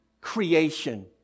creation